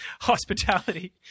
hospitality